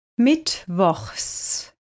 Mittwochs